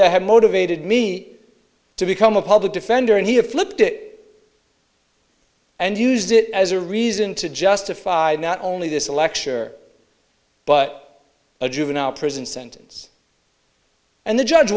that had motivated me to become a public defender and he had flipped it and used it as a reason to justify not only this a lecture but a juvenile prison sentence and the judge